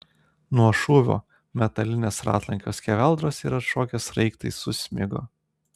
nuo šūvio metalinės ratlankio skeveldros ir atšokę šratai susmigo